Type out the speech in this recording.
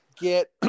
get